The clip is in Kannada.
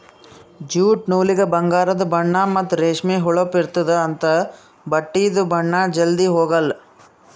ಜ್ಯೂಟ್ ನೂಲಿಗ ಬಂಗಾರದು ಬಣ್ಣಾ ಮತ್ತ್ ರೇಷ್ಮಿ ಹೊಳಪ್ ಇರ್ತ್ತದ ಅಂಥಾ ಬಟ್ಟಿದು ಬಣ್ಣಾ ಜಲ್ಧಿ ಹೊಗಾಲ್